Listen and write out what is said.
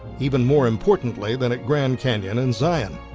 even more importantly than at grand canyon and zion